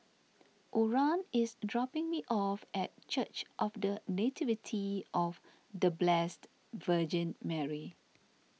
Oran is dropping me off at Church of the Nativity of the Blessed Virgin Mary